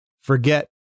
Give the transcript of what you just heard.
forget